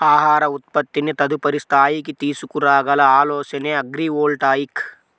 ఆహార ఉత్పత్తిని తదుపరి స్థాయికి తీసుకురాగల ఆలోచనే అగ్రివోల్టాయిక్